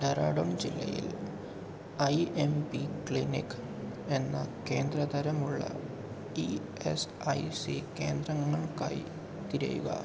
ഡെറാഡൂൺ ജില്ലയിൽ I M P clinic എന്ന കേന്ദ്ര തരം ഉള്ള ഇ എസ് ഐ സി കേന്ദ്രങ്ങൾക്കായി തിരയുക